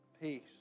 Peace